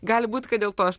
gali būt kad dėl to aš